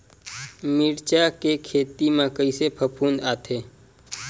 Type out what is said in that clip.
मिर्च के खेती म कइसे फफूंद आथे?